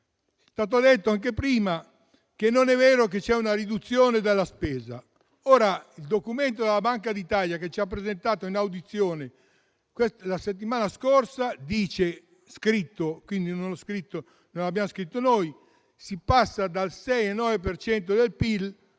È stato detto anche prima che non è vero che c'è una riduzione della spesa. Il documento della Banca d'Italia, presentato in audizione la settimana scorsa - quindi non l'abbiamo scritto noi - dice che si passa dal 6,9 al 6,2